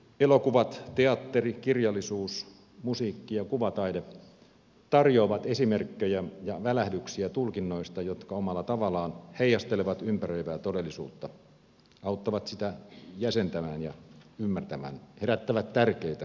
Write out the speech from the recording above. elokuvat teatteri kirjallisuus musiikki ja kuvataide tarjoavat esimerkkejä ja välähdyksiä tulkinnoista jotka omalla tavallaan heijastelevat ympäröivää todellisuutta auttavat sitä jäsentämään ja ymmärtämään herättävät tärkeitä kysymyksiä